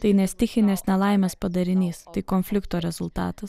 tai ne stichinės nelaimės padarinys tai konflikto rezultatas